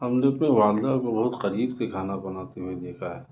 ہم نے اپنی والدہ کو بہت قریب سے کھانا بناتے ہوئے دیکھا ہے